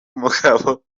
umugabo